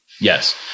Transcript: yes